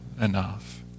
enough